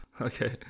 Okay